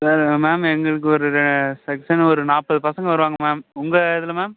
ma'am எங்களுக்கு ஒரு ரெ செக்ஷன் ஒரு நாற்பது பசங்க வருவாங்க மேம் உங்கள் இதில் மேம்